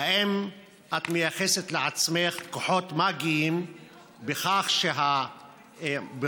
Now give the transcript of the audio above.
האם את מייחסת לעצמך כוחות מאגיים בכל מה